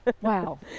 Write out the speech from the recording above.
wow